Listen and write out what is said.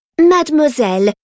Mademoiselle